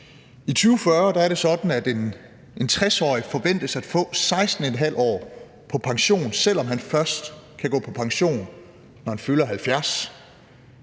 I 2040 er det sådan, at en 60-årig forventes at få 16½ år på pension, selv om han først kan gå på pension, når han fylder 70